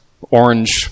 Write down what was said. orange